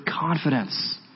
confidence